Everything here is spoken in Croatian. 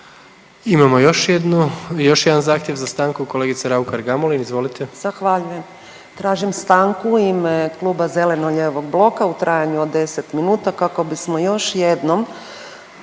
jednu, još jedan zahtjev za stankom, kolegice Raukar Gamulin